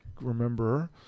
remember